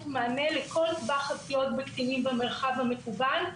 מענה לכל טווח הפגיעות בקטינים במרחב המקוון,